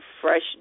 fresh